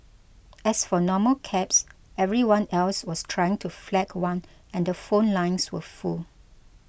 as for normal cabs everyone else was trying to flag one and the phone lines were full